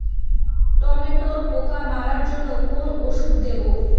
টমেটোর পোকা মারার জন্য কোন ওষুধ দেব?